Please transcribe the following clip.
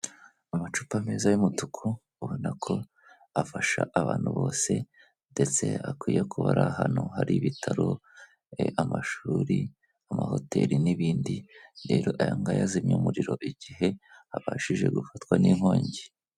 Amacupa meza y'umutuku ubona ko afasha abantu bose ndetse akwiye kuba ari ahantu hari ibitaro, amashuri, amahoteri n'ibindi rero aya ngaya azimye umuriro igihe ahantu habashije gufatwa n'inkongi.